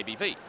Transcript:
ABV